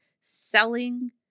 selling